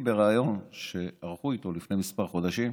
בריאיון שערכו איתו לפני מספר חודשים.